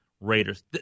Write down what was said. Raiders